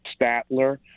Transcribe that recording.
Statler